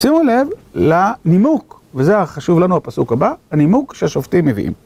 שימו לב לנימוק, וזה החשוב לנו הפסוק הבא, הנימוק שהשופטים מביאים.